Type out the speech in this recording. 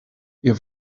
ihr